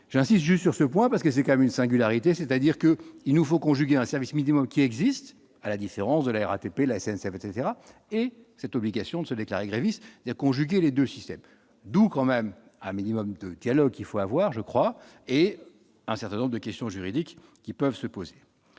j'insiste juste sur ce point parce que c'est quand même une singularité, c'est-à-dire que, il nous faut conjuguer un service minimum qui existe, à la différence de la RATP, la SNCF etc et cette obligation de se déclarer gréviste de conjuguer les 2 systèmes d'où quand même un minimum de dialogue qu'il faut avoir, je crois, et un certain nombre de questions juridiques qui peuvent se poser,